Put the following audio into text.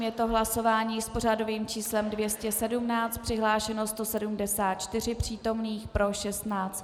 Je to hlasování s pořadovým číslem 217, přihlášeno 174 přítomných, pro 16.